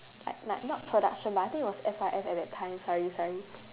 like like not production but I think it was S_Y_F at that time sorry sorry